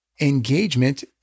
Engagement